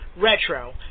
Retro